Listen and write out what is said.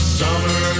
summer